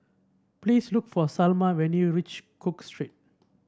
please look for Salma when you reach Cook Street